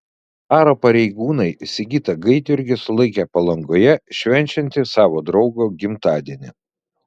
aro pareigūnai sigitą gaidjurgį sulaikė palangoje švenčiantį savo draugo gimtadienį